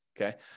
okay